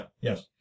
Yes